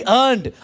earned